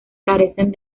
carecen